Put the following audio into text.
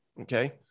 Okay